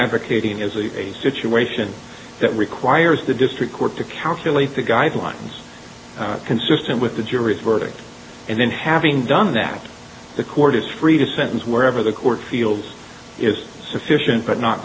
advocating is a situation that requires the district court to counsel at the guidelines consistent with the jury's verdict and then having done that the court is free to sentence wherever the court feels is sufficient but not